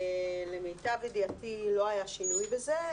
למיטב ידיעתי, לא היה שינוי בזה.